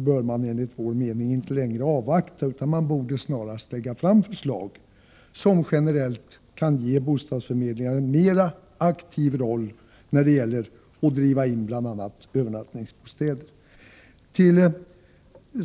bör man enligt vår mening inte längre avvakta utan snarast lägga fram förslag, som generellt kan ge bostadsförmedlingarna en mera aktiv roll när det gäller att driva in bl.a. övernattningsbostäder.